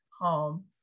home